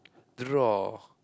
draw